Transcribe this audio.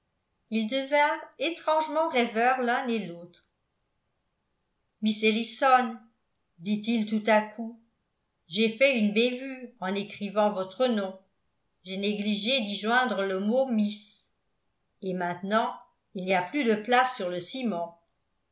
ils devinrent étrangement rêveurs l'un et l'autre miss ellison dit-il tout à coup j'ai fait une bévue an écrivant votre nom j'ai négligé d'y joindre le mot miss et maintenant il n'y a plus de place sur le ciment